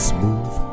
Smooth